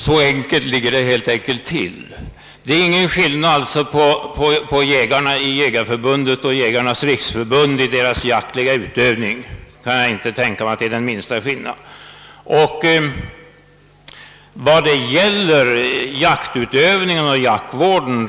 Jag kan inte tänka mig att det är någon skillnad i jaktutövningen och jaktvården mellan medlemmarna i Jägareförbundet och i Jägarnas riksförbund.